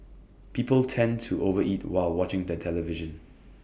people tend to over eat while watching the television